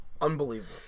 unbelievable